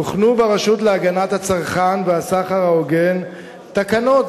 הוכנו ברשות להגנת הצרכן והסחר ההוגן תקנות,